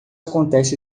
acontece